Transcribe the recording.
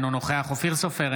אינו נוכח אופיר סופר,